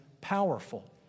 powerful